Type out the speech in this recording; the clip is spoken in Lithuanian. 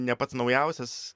ne pats naujausias